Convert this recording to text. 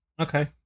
Okay